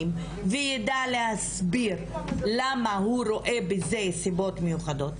וידע להסביר למה הוא רואה בזה נסיבות מיוחדות.